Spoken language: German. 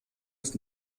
ist